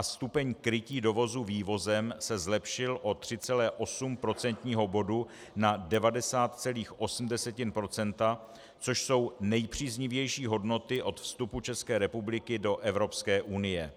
Stupeň krytí dovozu vývozem se zlepšil o 3,8 procentního bodu na 90,8 %, což jsou nejpříznivější hodnoty od vstupu České republiky do Evropské unie.